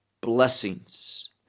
blessings